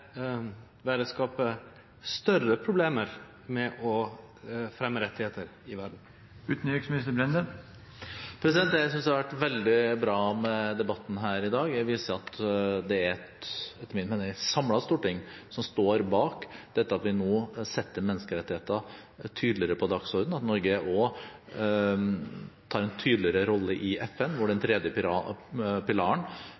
større problem med å fremje rettar i verda? Det jeg synes har vært veldig bra med debatten her i dag, er at den viser, etter min mening, at det er et samlet storting som står bak at vi nå setter menneskerettigheter tydeligere på dagsordenen – at Norge også tar en tydeligere rolle i FN, hvor den tredje pilaren